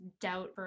doubt